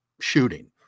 shooting